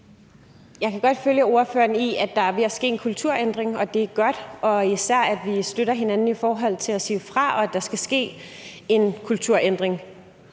Jeg kan godt følge ordføreren i, at der er ved at ske en kulturændring, og at det er godt, især at vi støtter hinanden i forhold til at sige fra, og i forhold til at der skal ske en kulturændring.